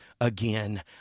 again